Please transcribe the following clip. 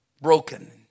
Broken